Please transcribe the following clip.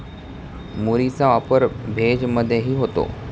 मुरीचा वापर भेज मधेही होतो